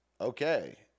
okay